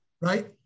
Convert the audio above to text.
Right